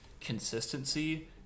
consistency